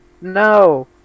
No